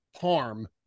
Harm